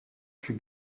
plus